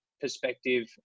perspective